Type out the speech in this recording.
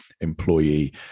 employee